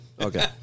Okay